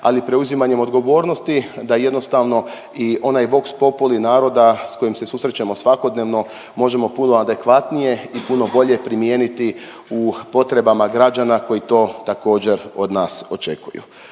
ali i preuzimanjem odgovornosti da jednostavno i onaj vox populi naroda sa kojim se susrećemo svakodnevno možemo puno adekvatnije i puno bolje primijeniti u potrebama građana koji to također od nas očekuju.